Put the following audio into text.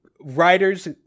writers